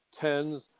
tens